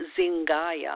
Zingaya